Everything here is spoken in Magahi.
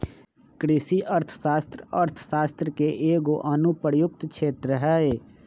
कृषि अर्थशास्त्र अर्थशास्त्र के एगो अनुप्रयुक्त क्षेत्र हइ